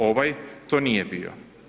Ovaj to nije bio.